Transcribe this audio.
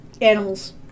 Animals